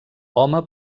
home